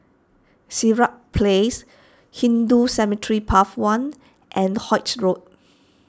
Sirat Place Hindu Cemetery Path one and Holts Road